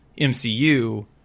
MCU